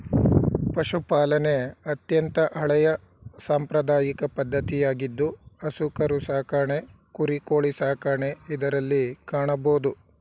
ಪಶುಪಾಲನೆ ಅತ್ಯಂತ ಹಳೆಯ ಸಾಂಪ್ರದಾಯಿಕ ಪದ್ಧತಿಯಾಗಿದ್ದು ಹಸು ಕರು ಸಾಕಣೆ ಕುರಿ, ಕೋಳಿ ಸಾಕಣೆ ಇದರಲ್ಲಿ ಕಾಣಬೋದು